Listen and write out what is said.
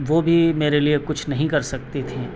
وہ بھی میرے لئے کچھ نہیں کر سکتی تھیں